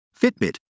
Fitbit